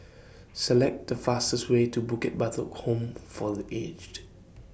Select The fastest Way to Bukit Batok Home For The Aged